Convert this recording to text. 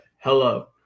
hello